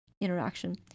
interaction